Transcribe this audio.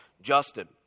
Justin